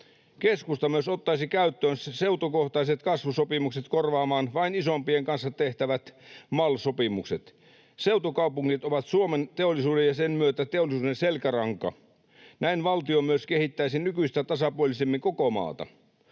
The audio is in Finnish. Keskusta myös ottaisi käyttöön seutukohtaiset kasvusopimukset korvaamaan vain isoimpien kanssa tehtävät MAL-sopimukset. Seutukaupungit ovat Suomen ja sen myötä Suomen teollisuuden selkäranka. Näin valtio myös kehittäisi nykyistä tasapuolisemmin koko maata.